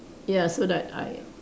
ya so that I